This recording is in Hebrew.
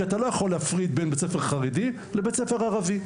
כי אתה לא יכול לעשות הפרדה בין בית ספר חרדי לבית ספר ערבי.